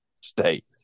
State